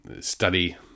study